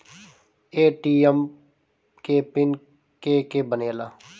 ATM के pin के के बनेला?